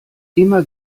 immer